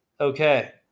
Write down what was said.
Okay